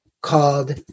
called